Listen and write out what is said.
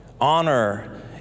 Honor